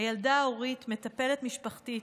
הילדה ההורית, מטפלת משפחתית,